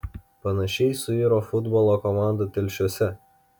panašiai suiro futbolo komanda telšiuose